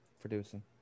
producing